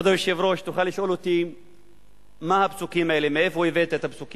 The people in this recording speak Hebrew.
כבוד היושב-ראש, תוכל לשאול אותי מה הפסוקים האלה,